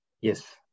Yes